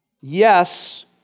Yes